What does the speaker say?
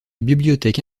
bibliothèque